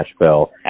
Nashville